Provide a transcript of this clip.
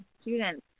students